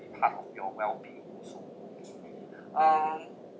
be part of your well being also um